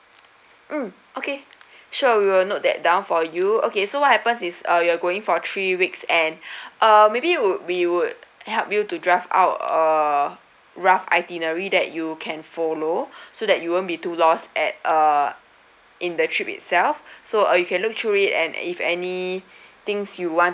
mm okay sure we will note that down for you okay so what happens is uh you're going for three weeks and uh maybe would we would help you to draft out a rough itinerary that you can follow so that you won't be too lost at uh in the trip itself so uh you can look through it and if any things you want